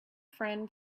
friend